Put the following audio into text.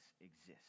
exist